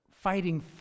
fighting